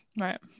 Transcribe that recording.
right